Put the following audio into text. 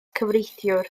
cyfreithiwr